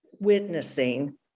witnessing